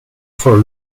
for